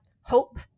hope